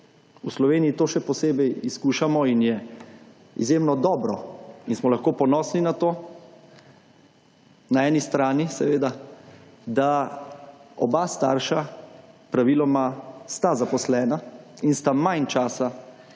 v Sloveniji to še posebej izkušamo in je izjemno dobro, in smo lahko ponosni na to, na eni strani seveda, da oba starša praviloma sta zaposlena in sta manj časa